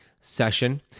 session